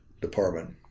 department